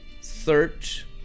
Search